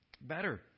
better